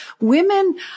Women